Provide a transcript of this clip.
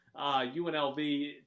UNLV